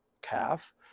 calf